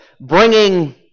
bringing